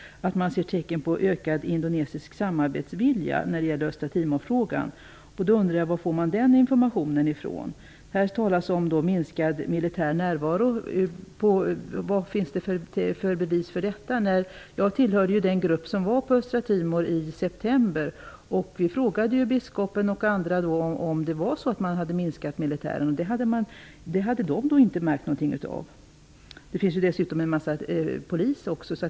Han säger att man ser tecken på ökad indonesisk samarbetsvilja i frågan om Östra Timor. Var kommer den informationen ifrån? Det talas i svaret om minskad militär närvaro. Vad finns det för bevis på detta? Jag tillhörde ju den grupp som var på Östra Timor i september. Vi frågade biskopen och andra om det var så att antalet militärer hade minskat. Det hade de inte märkt något av. Det finns ju dessutom en massa poliser.